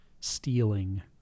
stealing